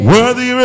Worthy